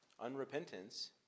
unrepentance